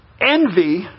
Envy